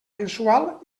mensual